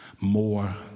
more